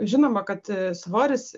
žinoma kad svoris